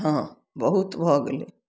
हँ बहुत भऽ गेलय